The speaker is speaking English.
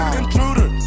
intruder